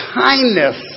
kindness